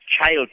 child